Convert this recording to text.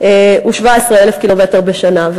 הוא 17,000 קילומטר בשנה.